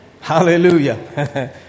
hallelujah